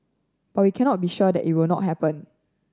but we cannot be sure that it will not happen